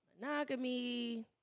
monogamy